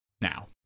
Now